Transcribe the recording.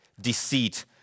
deceit